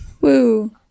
Woo